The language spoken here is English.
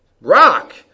Rock